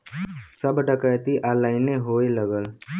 सब डकैती ऑनलाइने होए लगल